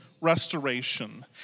restoration